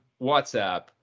whatsapp